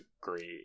great